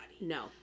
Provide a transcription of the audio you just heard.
No